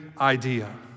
idea